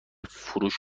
فروش